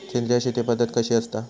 सेंद्रिय शेती पद्धत कशी असता?